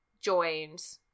joins